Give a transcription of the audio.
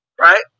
Right